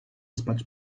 spać